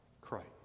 Christ